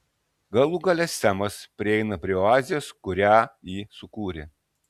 galų gale semas prieina prie oazės kurią ji sukūrė